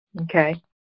Okay